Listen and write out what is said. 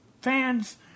fans